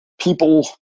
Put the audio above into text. People